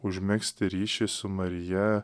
užmegzti ryšį su marija